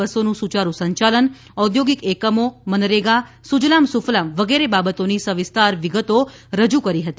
બસોનું સુચારૂ સંચાલન ઔદ્યોગિક એકમો મનરેગા સુજલામ સુફલામ વગેરે બાબતોની સવિસ્તાર વિગતો રજુ કરી હતી